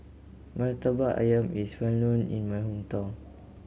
Murtabak Ayam is well known in my hometown